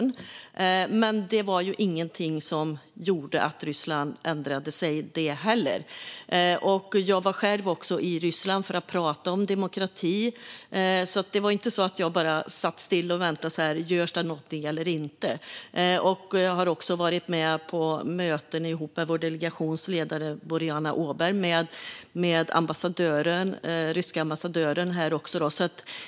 Inte heller detta var dock någonting som gjorde att Ryssland ändrade sig. Jag var själv i Ryssland för att prata om demokrati, så det var inte så att jag bara satt still och väntade och undrade om det gjordes någonting eller inte. Jag har också tillsammans med vår delegations ledare Boriana Åberg varit med på möten med den ryske ambassadören här.